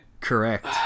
Correct